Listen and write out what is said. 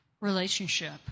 relationship